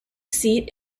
seat